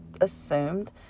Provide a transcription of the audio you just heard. assumed